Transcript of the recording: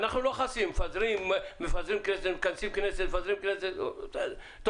מפזרים כנסת, מכנסים כנסת,